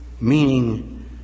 meaning